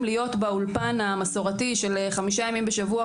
להיות באולפן המסורתי של חמישה ימים בשבוע,